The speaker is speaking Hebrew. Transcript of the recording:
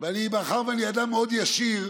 אני אדם מאוד ישיר,